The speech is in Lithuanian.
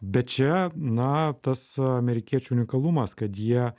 bet čia na tas amerikiečių unikalumas kad jie